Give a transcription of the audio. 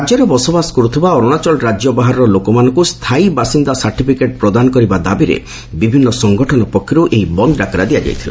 ରାଜ୍ୟରେ ବସବାସ କରୁଥିବା ଅରୁଣାଚଳ ରାଜ୍ୟ ବାହାରର ଲୋକମାନଙ୍କୁ ସ୍ଥାୟୀ ବାସିନ୍ଦା ସାର୍ଟିଫିକେଟ୍ ପ୍ରଦାନ କରିବା ଦାବିରେ ବିଭିନ୍ନ ସଂଗଠନ ପକ୍ଷରୁ ଏହି ବନ୍ଦ ଡାକରା ଦିଆଯାଇଥିଲା